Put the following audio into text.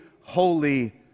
holy